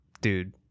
dude